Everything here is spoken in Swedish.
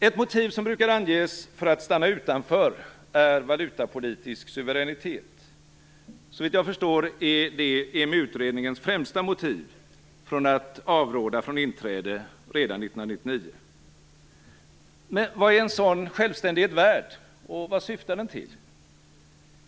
Ett motiv som brukar anges för att stanna utanför är valutapolitisk suveränitet. Såvitt jag förstår är det EMU-utredningens främsta motiv för att avråda från inträde redan 1999. Men vad är sådan självständighet värd, och vad syftar den till?